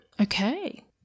Okay